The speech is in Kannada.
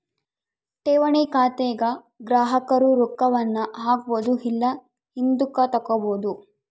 ಠೇವಣಿ ಖಾತೆಗ ಗ್ರಾಹಕರು ರೊಕ್ಕವನ್ನ ಹಾಕ್ಬೊದು ಇಲ್ಲ ಹಿಂದುಕತಗಬೊದು